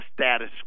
status